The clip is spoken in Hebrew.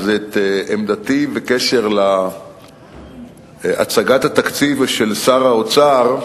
אז את עמדתי בקשר להצגת התקציב של שר האוצר,